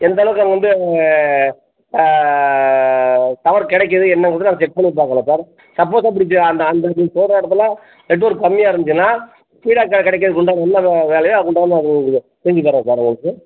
எந்தளவுக்கு அங்கே வந்து டவர் கிடைக்குது என்னங்கிறத நாங்கள் செக் பண்ணிப் பார்க்குறோம் சார் சப்போஸ் அப்படி அந்த அந்த நீங்கள் சொல்கிற இடத்துல நெட்வொர்க் கம்மியாக இருந்துச்சுன்னால் ஸ்பீடாக கெ கிடைக்கறதுக்கு உண்டான என்ன வே வேலையோ அதுக்கு உண்டானது செஞ்சு தர்றோம் சார் உங்களுக்கு